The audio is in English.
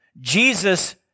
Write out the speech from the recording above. Jesus